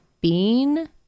bean